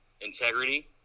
Integrity